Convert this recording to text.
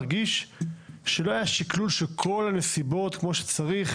מרגיש שלא היה שקלול של כל הנסיבות כמו שצריך